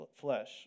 flesh